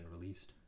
released